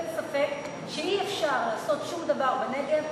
אין ספק שאי-אפשר לעשות שום דבר בנגב,